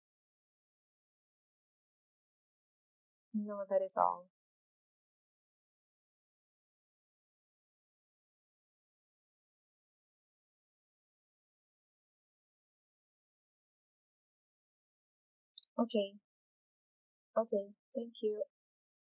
no that is all okay okay thank you